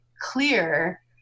clear